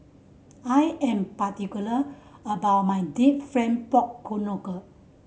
I am particular about my deep pork knuckle